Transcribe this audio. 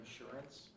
insurance